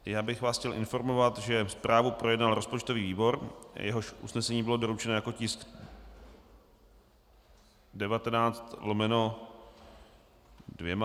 A já bych vás chtěl informovat, že zprávu projednal rozpočtový výbor, jehož usnesení bylo doručeno jako tisk 19/2.